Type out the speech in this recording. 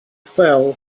fell